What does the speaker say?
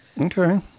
Okay